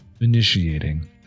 initiating